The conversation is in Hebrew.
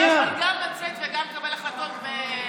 הוא לא יכול גם לצאת וגם לקבל החלטות בטלפתיה.